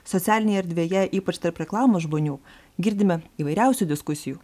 socialinėje erdvėje ypač tarp reklamos žmonių girdime įvairiausių diskusijų